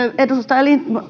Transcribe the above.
edustaja